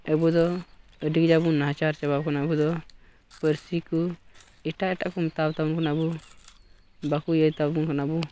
ᱟᱵᱚᱫᱚ ᱟᱹᱰᱤ ᱠᱟᱡᱟᱠ ᱵᱚᱱ ᱱᱟᱪᱟᱨ ᱪᱟᱵᱟ ᱟᱠᱟᱱᱟ ᱟᱵᱚ ᱫᱚ ᱯᱟᱹᱨᱥᱤ ᱠᱚ ᱮᱴᱟᱜ ᱮᱴᱟᱜ ᱢᱮᱛᱟᱣᱟ ᱛᱟᱵᱚᱱ ᱠᱟᱱᱟ ᱟᱵᱚ ᱵᱟᱠᱚ ᱤᱭᱟᱹᱭ ᱛᱟᱵᱚᱱ ᱠᱟᱱᱟ ᱟᱵᱚ